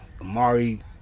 Amari